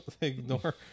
ignore